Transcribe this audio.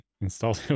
install